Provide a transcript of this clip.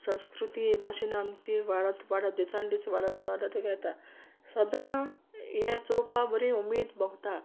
संस्कृती हे भाशेन आमची वाडोत वाडोत दिसान दीस वाडोत वाडोत वेता सोद्दां हें चोवपा बोरी उमेद भोगता